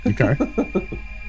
Okay